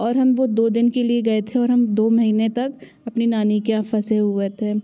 और हम वो दो दिन के लिए गए थे और हम दो महीने तक अपनी नानी के यहाँ फँसे हुए थे